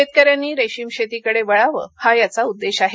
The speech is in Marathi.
शेतकऱ्यांनी रेशीम शेतीकडे वळावं हा याचा उद्देश आहे